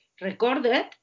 recorded